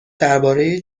درباره